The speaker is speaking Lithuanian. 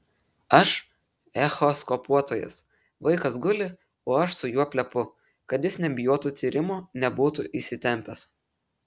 aš echoskopuotojas vaikas guli o aš su juo plepu kad jis nebijotų tyrimo nebūtų įsitempęs